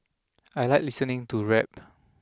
I like listening to rap